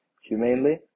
humanely